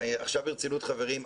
עכשיו ברצינות, חברים.